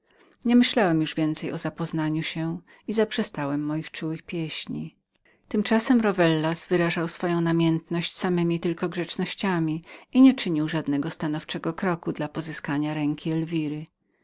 nie myślałem już więcej o zapoznaniu się i zaprzestałem moich czułych pieśni tymczasem rowellas wyrażał swoją namiętność samemi tylko grzecznościami i nie czynił żadnego stanowczego kroku dla pozyskania ręki elwiry